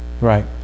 Right